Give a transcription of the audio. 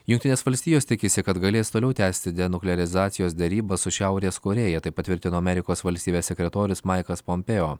jungtinės valstijos tikisi kad galės toliau tęsti denuklerizacijos derybas su šiaurės korėja taip patvirtino amerikos valstybės sekretorius maikas pompėjo